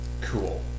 Cool